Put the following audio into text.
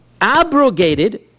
abrogated